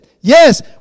yes